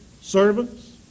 servants